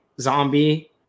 zombie